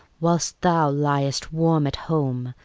whilst thou liest warm at home,